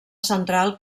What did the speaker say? central